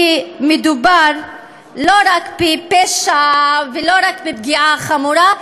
כי מדובר לא רק בפשע ולא רק בפגיעה חמורה,